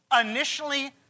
initially